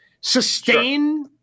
sustain